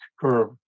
curve